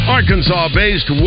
Arkansas-based